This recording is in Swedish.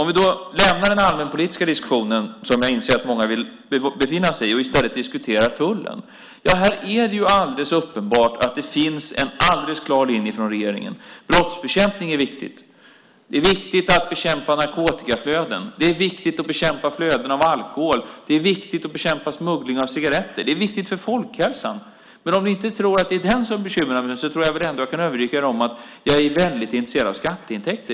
Vi lämnar den allmänpolitiska diskussionen, som jag inser att många vill befinna sig i, för att i stället diskutera tullen. Här är det alldeles uppenbart att det finns en alldeles klar linje från regeringen. Brottsbekämpning är viktigt. Det är viktigt att bekämpa narkotikaflöden. Det är viktigt att bekämpa flöden av alkohol. Det är viktigt att bekämpa smuggling av cigaretter. Det är viktigt för folkhälsan. Men om ni inte tror att det är den som bekymrar mig tror jag ändå att jag kan övertyga er om att jag är väldigt intresserad av skatteintäkter.